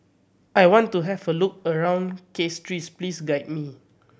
I want to have a look around Castries please guide me